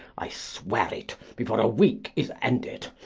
i swear it, before a week is ended,